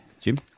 Jim